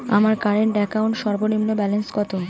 আমার current account সর্বনিম্ন balance কত?